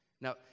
now